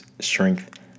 strength